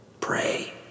pray